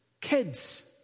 kids